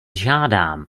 žádám